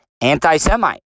anti-Semite